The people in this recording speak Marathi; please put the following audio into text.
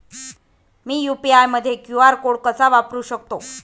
मी यू.पी.आय मध्ये क्यू.आर कोड कसा वापरु शकते?